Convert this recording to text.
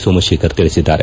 ಸೋಮಶೇಖರ್ ತಿಳಿಸಿದ್ದಾರೆ